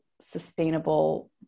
sustainable